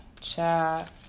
Chat